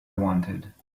wanted